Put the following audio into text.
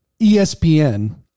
ESPN